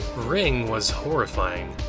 ring was horrifying.